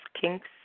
kinks